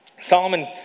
Solomon